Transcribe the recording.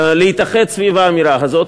להתאחד סביב האמירה הזאת.